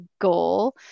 goal